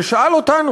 והוא שאל אותנו,